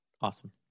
Awesome